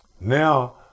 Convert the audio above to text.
Now